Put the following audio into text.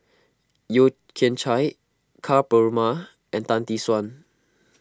Yeo Kian Chye Ka Perumal and Tan Tee Suan